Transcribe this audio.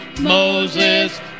Moses